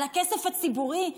על הכסף הציבורי,